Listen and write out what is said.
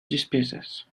despesas